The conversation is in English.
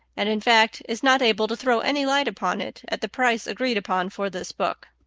and, in fact, is not able to throw any light upon it at the price agreed upon for this book.